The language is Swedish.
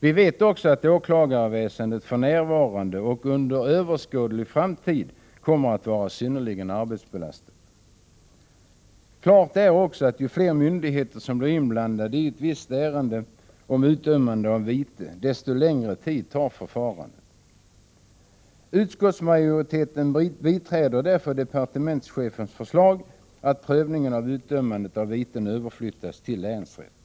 Vi vet också att åklagarväsendet för närvarande och under överskådlig framtid kommer att vara synnerligen arbetsbelastat. Klart är också att ju fler myndigheter som blir inblandade i ett visst ärende om utdömande av vite, desto längre tid tar förfarandet. Utskottsmajoriteten biträder därför departementschefens förslag att prövningen av utdömandet av viten överflyttas till länsrätt.